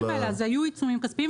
על הסעיפים האלו, אז היו עיצומים כספיים.